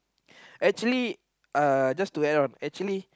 actually uh just to end off actually